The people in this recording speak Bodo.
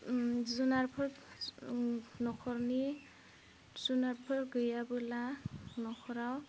ओम जुनारफोर ओम न'खरनि जुनारफोर गैयाबोला न'खराव